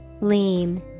Lean